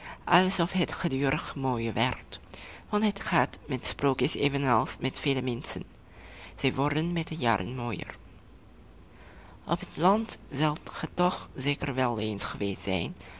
het gedurig mooier werd want het gaat met sprookjes evenals met vele menschen zij worden met de jaren mooier op het land zult ge toch zeker wel eens geweest zijn